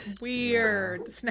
weird